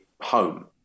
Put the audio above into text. home